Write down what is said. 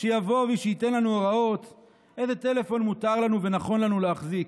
שיבוא ושייתן לנו הוראות איזה טלפון מותר לנו ונכון לנו להחזיק,